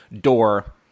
door